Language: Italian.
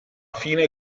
fine